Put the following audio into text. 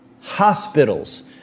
Hospitals